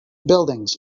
buildings